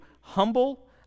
humble